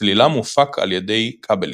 שצלילם מופק על ידי כבלים,